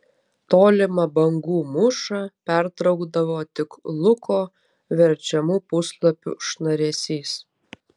tolimą bangų mūšą pertraukdavo tik luko verčiamų puslapių šnaresys